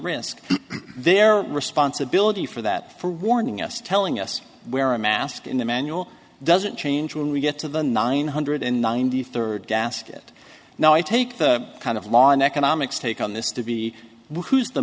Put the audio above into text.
risk their responsibility for that for warning us telling us where a mask in the manual doesn't change when we get to the nine hundred ninety third gasket now i take the kind of law and economics take on this to be who's the